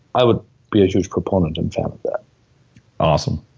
i would be a huge proponent and fan of that awesome.